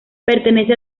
pertenece